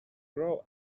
grow